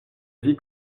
vie